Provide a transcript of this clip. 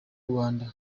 rwanda